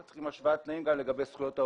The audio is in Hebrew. צריך השוואת תנאים גם לגבי זכויות העובדים.